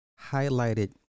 highlighted